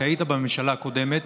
כי היית בממשלה הקודמת,